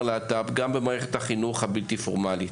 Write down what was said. להט"ב גם במערכת החינוך הבלתי פורמלית.